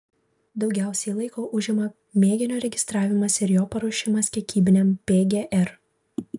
daugiausiai laiko užima mėginio registravimas ir jo paruošimas kiekybiniam pgr